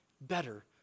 better